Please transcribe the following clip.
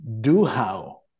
do-how